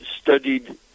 studied